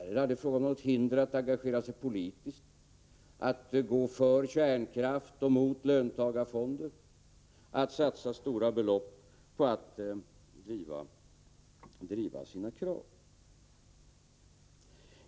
Där är det aldrig fråga om något hinder att engagera sig politiskt, att gå för kärnkraft och mot löntagarfonder, att satsa stora belopp på att driva sina krav.